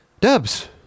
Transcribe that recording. dubs